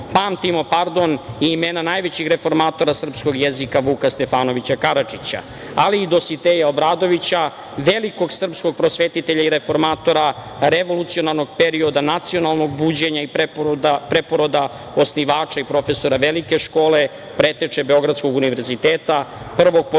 veka. Pamtimo i imena najvećeg reformatora srpskog jezika Vuka Stefanovića Karadžića, ali i Dositeja Obradovića, velikog srpskog prosvetitelja i reformatora revolucionarnog perioda, nacionalnog buđenja i preporoda osnivača i profesora Velike škole, preteče Beogradskog univerziteta, prvog Popečitelja